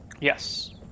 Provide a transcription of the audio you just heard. Yes